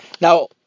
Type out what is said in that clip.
Now